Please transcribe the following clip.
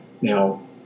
now